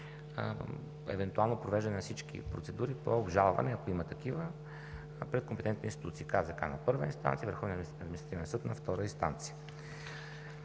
евентуално провеждане на всички процедури по обжалване, ако има такива, пред компетентни институции – КЗК на първа инстанция, Върховния административен съд на втора.